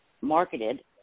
marketed